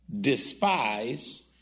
despise